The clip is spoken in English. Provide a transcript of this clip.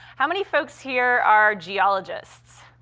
how many folks here are geologists?